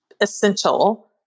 essential